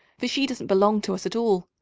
for she doesn't belong to us at all.